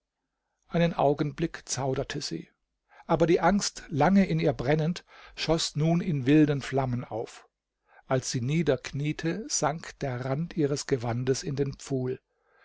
einen augenblick zauderte sie aber die angst lange in ihr brennend schoß nun in wilden flammen auf als sie niederkniete sank der rand ihres gewandes in den pfuhl